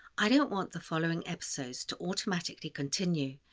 i don't want the following episodes to automatically continue,